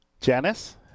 Janice